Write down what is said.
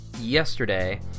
yesterday